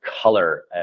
color